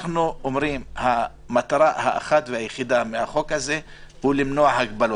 אנחנו אומרים שהמטרה האחת והיחידה של החוק הזה היא למנוע הפגנות,